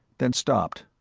then stopped.